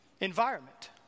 Environment